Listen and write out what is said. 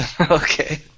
Okay